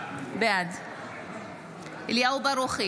בעד אליהו ברוכי,